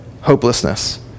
hopelessness